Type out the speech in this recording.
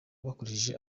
bakoresheje